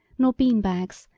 nor bean bags,